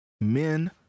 men